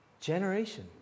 generation